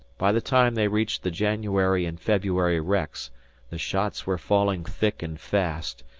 by the time they reached the january and february wrecks the shots were falling thick and fast,